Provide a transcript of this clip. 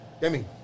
Demi